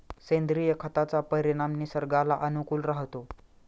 सेंद्रिय खताचा परिणाम निसर्गाला अनुकूल राहतो